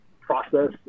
process